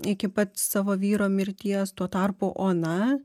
iki pat savo vyro mirties tuo tarpu ona